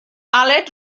aled